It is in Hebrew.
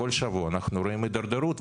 כל שבוע אנחנו רואים התדרדרות,